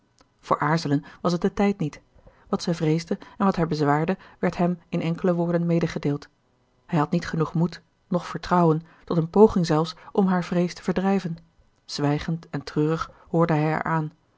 voor aarzelen was het de tijd niet wat zij vreesde en wat haar bezwaarde werd hem in enkele woorden medegedeeld hij had niet genoeg moed noch vertrouwen tot een poging zelfs om haar vrees te verdrijven zwijgend en treurig hoorde hij